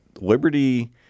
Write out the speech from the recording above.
Liberty